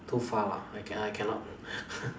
too far lah I I cannot